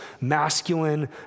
masculine